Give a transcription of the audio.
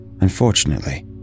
Unfortunately